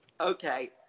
Okay